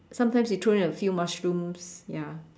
sometimes you throw in a few mushrooms ya